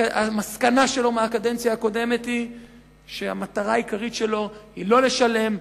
המסקנה שלו מהקדנציה הקודמת היא שהמטרה העיקרית שלו היא לא לשלם,